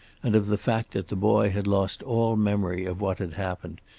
and of the fact that the boy had lost all memory of what had happened,